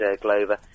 Glover